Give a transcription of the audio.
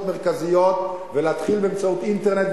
מרכזיות ולהתחיל באמצעות האינטרנט,